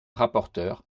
rapporteur